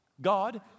God